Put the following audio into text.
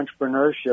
entrepreneurship